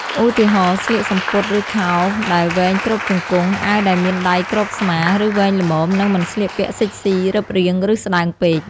ឧទាហរណ៍ ស្លៀកសំពត់ ឬខោដែលវែងគ្របជង្គង់ អាវដែលមានដៃគ្រប់ស្មា ឬវែងល្មម និងមិនស្លៀកពាក់សិចស៊ី រឹបរាង ឬស្តើងពេក។